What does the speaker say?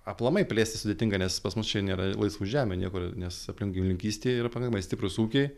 aplamai plėstis sudėtinga nes pas mus čia nėra laisvų žemių niekur nes aplink gyvulininkystė yra pakankamai stiprūs ūkiai